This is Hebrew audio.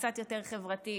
קצת יותר חברתי,